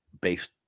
based